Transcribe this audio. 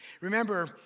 Remember